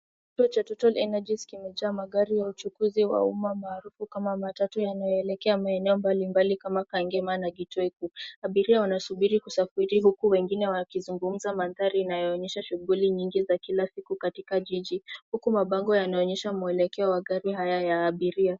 Kituo cha total energeies[vs] kimejaa magari ya uchukuzi wa umma maarufu kama matatu yanayoelekea maeneo mbali mbali kama Kangema na Gitwiku. Abiria wanasubiri kusafiri huku wengine wakizungumza mandhari yanayoonyesha shughuli nyingi za kila siku katika jiji huku mabango yanaonyesha mwelekeo wa gari haya ya abiria.